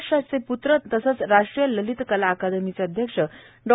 महाराष्ट्राचे सुपूत्र तथा राष्ट्रीय ललित कला अकादमीचे अध्यक्ष डॉ